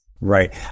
Right